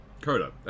Coda